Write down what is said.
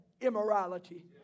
immorality